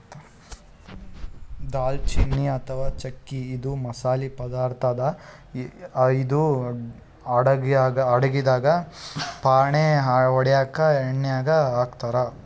ದಾಲ್ಚಿನ್ನಿ ಅಥವಾ ಚಕ್ಕಿ ಇದು ಮಸಾಲಿ ಪದಾರ್ಥ್ ಅದಾ ಇದು ಅಡಗಿದಾಗ್ ಫಾಣೆ ಹೊಡ್ಯಾಗ್ ಎಣ್ಯಾಗ್ ಹಾಕ್ತಾರ್